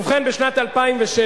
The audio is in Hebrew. ובכן, בשנת 2007,